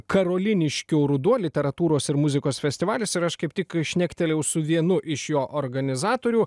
karoliniškių ruduo literatūros ir muzikos festivalis ir aš kaip tik šnektelėjau su vienu iš jo organizatorių